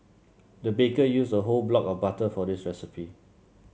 the baker used a whole block of butter for this recipe